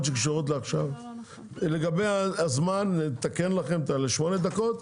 לגבי הזמן, נתקן לשמונה דקות.